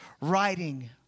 writing